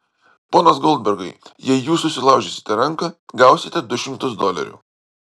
ponas goldbergai jei jūs susilaužysite ranką gausite du šimtus dolerių